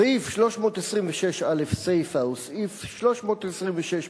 סעיף 326(א) סיפא וסעיף 326(ב)